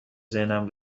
ذهنم